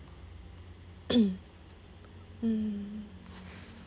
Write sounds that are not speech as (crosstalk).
(coughs) mm